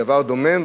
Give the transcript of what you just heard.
דבר דומם,